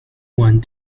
one